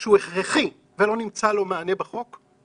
שהוא הכרחי ולא נמצא לו מענה בחוק,